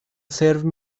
سرو